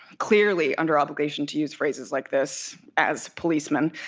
clearly under obligation to use phrases like this, as policemen,